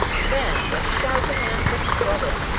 then the shouting and the struggling,